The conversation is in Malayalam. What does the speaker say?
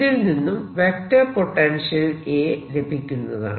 ഇതിൽ നിന്നും വെക്റ്റർ പൊട്ടൻഷ്യൽ A ലഭിക്കുന്നതാണ്